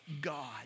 God